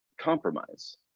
compromise